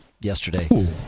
yesterday